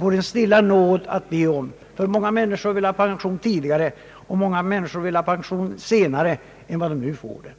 vore en stilla nåd att be om att en rörligare pensionsålder genomföres, ty många människor vill ha pension tidigare och många människor vill ha pension senare än de nu får.